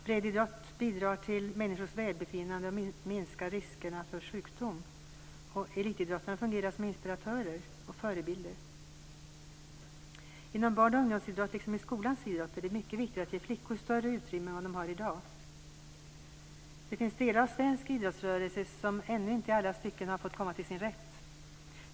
Breddidrott bidrar till människors välbefinnande och minskar riskerna för sjukdom. Elitidrottarna fungerar som inspiratörer och förebilder. Inom barn och ungdomsidrott, liksom i skolans idrott, är det mycket viktigt att ge flickor större utrymme än de har i dag. Det finns delar av svensk idrottsrörelse som ännu inte i alla stycken har fått komma till sin rätt.